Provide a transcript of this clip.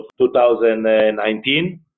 2019